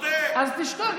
אתה לא,